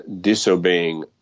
disobeying